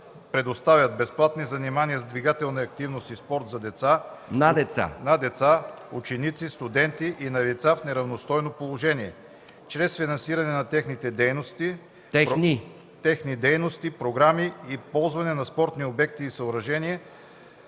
предоставят безплатни занимания с двигателна активност и спорт на деца, ученици, студенти и на лица в неравностойно положение чрез финансиране на техни дейности, програми и ползване на спортни обекти и съоръжения